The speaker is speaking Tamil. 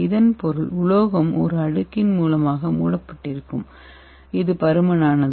இதன் பொருள் உலோகம் ஒரு அடுக்கின் மூலமாக மூடப்பட்டிருக்கும் இது பருமனானது